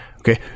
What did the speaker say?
Okay